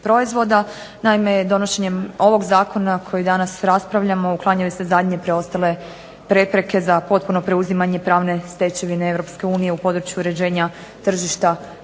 Naime, donošenjem ovog zakona koji danas raspravljamo uklanjaju se zadnje preostale prepreke za potpuno preuzimanje pravne stečevine Europske unije u području uređenja tržišta